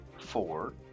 four